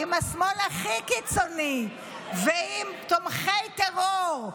עם השמאל הכי קיצוני ועם תומכי טרור,